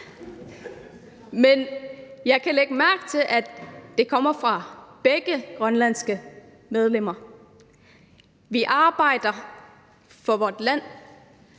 Men jeg har lagt mærke til, at det kommer fra begge grønlandske medlemmer. Vi arbejder for vort land,